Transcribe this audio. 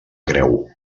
creu